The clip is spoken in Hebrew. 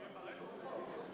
אין נמנעים.